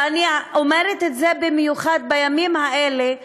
ואני אומרת את זה במיוחד בימים האלה,